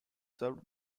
served